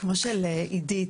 כמו של עידית,